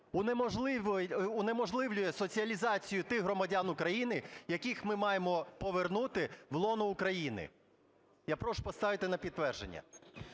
унеможливлює соціалізацію тих громадян України, яких ми маємо повернути в лоно України. Я прошу поставити на підтвердження.